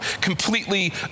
completely